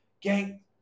Gang